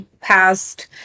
past